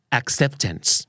acceptance